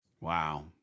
Wow